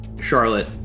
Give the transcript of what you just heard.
Charlotte